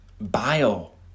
Bile